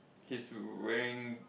he's wearing